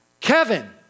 Kevin